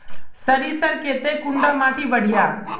सरीसर केते कुंडा माटी बढ़िया?